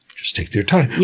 just take their time,